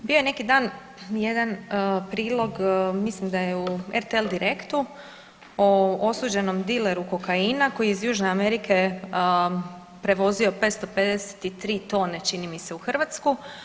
Bio je neki dan jedan prilog, mislim da je u RTL Direktu, o osuđenom dileru kokainom koji je iz Južne Amerike prevozio 553 tone, čini mi se, u Hrvatsku.